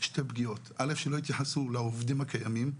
שתי פגיעות שלא התייחסו לעובדים הקיימים.